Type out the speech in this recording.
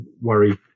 worry